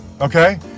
okay